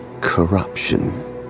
corruption